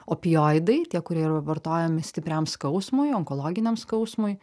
opioidai tie kurie yra vartojami stipriam skausmui onkologiniam skausmui